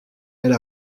elle